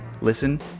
listen